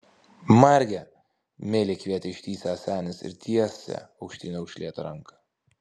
marge meiliai kvietė ištįsęs senis ir tiesė aukštyn raukšlėtą ranką